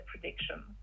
prediction